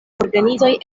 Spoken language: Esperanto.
organizoj